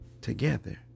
together